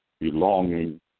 belonging